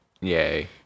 Yay